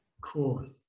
Cool